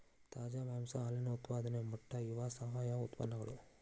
ತಾಜಾ ಮಾಂಸಾ ಹಾಲಿನ ಉತ್ಪಾದನೆ ಮೊಟ್ಟೆ ಇವ ಸಾವಯುವ ಉತ್ಪನ್ನಗಳು